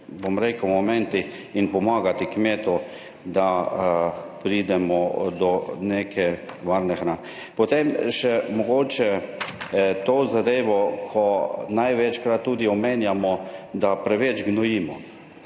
bom rekel, momentih in pomagati kmetu, da pridemo do neke varne hrane. Potem še mogoče to zadevo, ko največkrat tudi omenjamo, da preveč gnojimo,